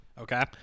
Okay